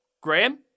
Graham